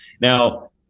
Now